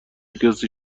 کسی